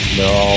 no